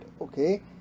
okay